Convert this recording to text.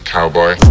Cowboy